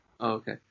Okay